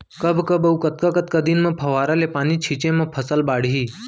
कब कब अऊ कतका कतका दिन म फव्वारा ले पानी छिंचे म फसल बाड़ही?